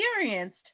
Experienced